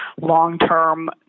long-term